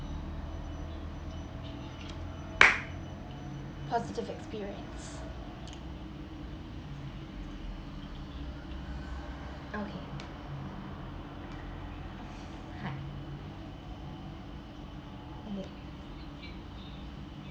positive experience okay